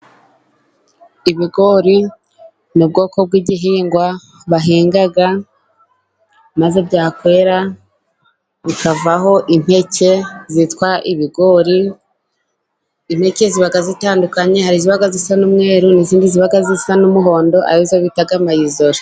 Ibigori ni ubwoko bw'igihingwa bahinga, maze byakwera bikavaho impeke zitwa ibigori, impeke ziba zitandukanye, hari iziba zisa n'umweru n'izindi ziba zisa n'umuhondo, ari zo bita mayizori.